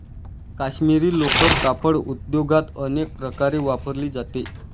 काश्मिरी लोकर कापड उद्योगात अनेक प्रकारे वापरली जाते